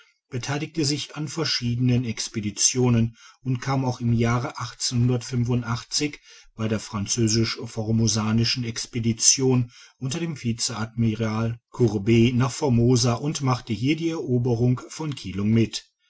beteiligte sich an verschiedenen expeditionen und kam auch im jahre bei der französischformosanischen expedition unter dem vice admiral courbet nach formosa und machte hier die eroberung von kilung mit